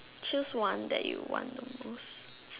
choose one that you want the most